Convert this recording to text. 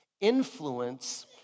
Influence